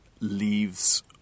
leaves